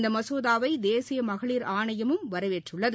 இந்த மசோதாவை தேசிய மகளிர் ஆணையமும் வரவேற்றுள்ளது